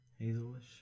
hazelish